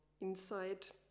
insight